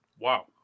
Wow